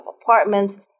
apartments